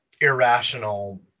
irrational